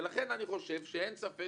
לכן אני חושב שאין ספק